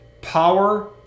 power